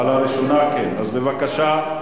על הראשונה כן, אז, בבקשה.